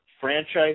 franchise